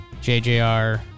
JJR